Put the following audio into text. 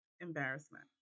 embarrassment